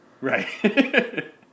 Right